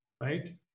right